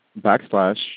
backslash